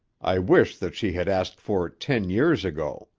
i wish that she had asked for it ten years ago.